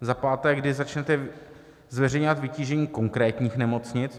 Za páté: Kdy začnete zveřejňovat vytížení konkrétních nemocnic?